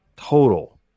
total